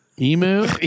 emu